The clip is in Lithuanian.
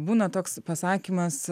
būna toks pasakymas